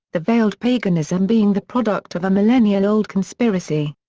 the veiled paganism being the product of a millennia old conspiracy.